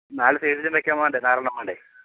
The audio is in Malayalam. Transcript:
നാല് സൈഡിലും വെക്കാൻ വേണ്ടേ നാലെണ്ണം വേണ്ടേ